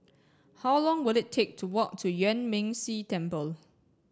how long will it take to walk to Yuan Ming Si Temple